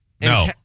No